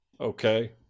okay